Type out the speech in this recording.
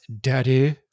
daddy